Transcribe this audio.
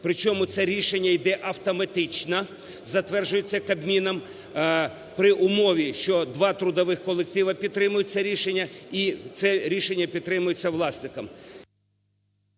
Причому це рішення йде автоматично, затверджується Кабміном, при умові, що два трудових колективи підтримують це рішення і це рішення підтримується власником.